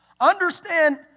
Understand